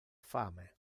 fame